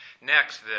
Next